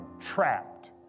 trapped